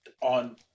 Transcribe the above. on